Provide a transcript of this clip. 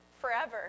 forever